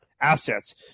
assets